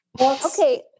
Okay